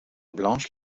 blanche